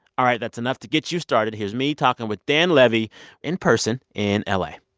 all right, that's enough to get you started. here's me talking with dan levy in person in la